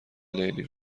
لیلی